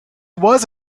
was